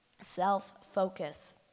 self-focus